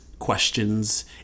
questions